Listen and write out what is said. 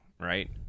right